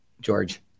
George